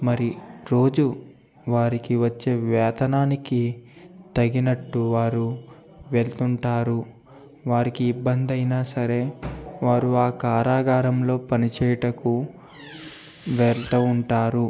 మరి రోజు వారికీ వచ్చే వేతనానికి తగినట్టు వారు వెళ్తుంటారు వారికీ ఇబ్బందైనా సరే వారు ఆ కారాగారంలో పని చేయుటకు వెళ్తూ ఉంటారు